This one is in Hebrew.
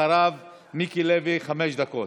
אחריו, מיקי לוי, חמש דקות.